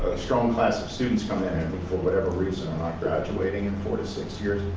strong class of students come in and for whatever reason are not graduating in four to six years,